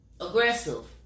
aggressive